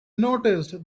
noticed